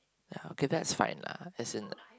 ya okay that's fine lah as in